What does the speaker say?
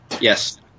Yes